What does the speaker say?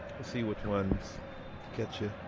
we'll see which ones catch you.